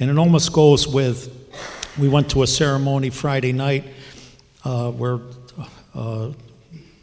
and it almost goes with we went to a ceremony friday night where